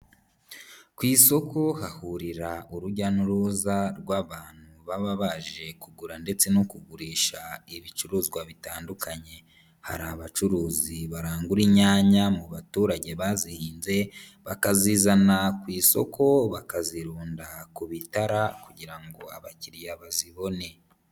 Ku isoko hahurira urujya n'uruza rw'abantu baba baje kugura ndetse no kugurisha ibicuruzwa bitandukanye, hari abacuruzi barangura inyanya mu baturage bazihinze bakazizana ku isoko bakazirunda ku bitara kugira ngo abakiriya bazibone.